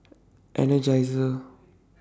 Energizer